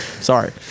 sorry